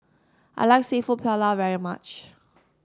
I like seafood Paella very much